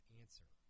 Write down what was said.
answer